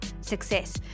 success